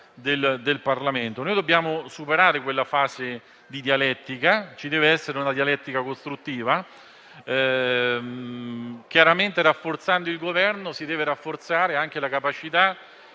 Dobbiamo superare quella contrapposizione; ci deve essere una dialettica costruttiva. Chiaramente, rafforzando il Governo, si deve rafforzare anche la capacità